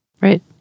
Right